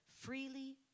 freely